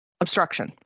Obstruction